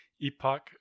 Epoch